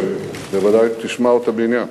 שבוודאי תשמע אותה בעניין,